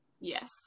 yes